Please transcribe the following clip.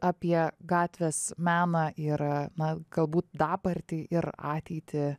apie gatvės meną ir na galbūt dabartį ir ateitį